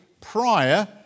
prior